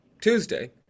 Tuesday